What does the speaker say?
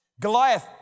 Goliath